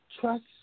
trust